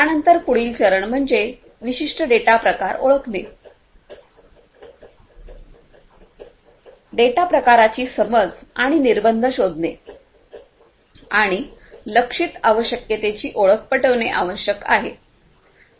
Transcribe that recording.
त्यानंतर पुढील चरण म्हणजे विशिष्ट डेटा प्रकार ओळखणे डेटा प्रकारांची समज आणि निर्बंध शोधणे आणि लक्ष्यित आवश्यकतेची ओळख पटविणे आवश्यक आहे